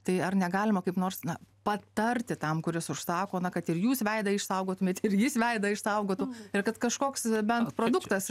tai ar negalima kaip nors na patarti tam kuris užsako na kad ir jūs veidą išsaugotumėt ir jis veidą išsaugotų ir kad kažkoks bent produktas